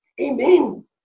Amen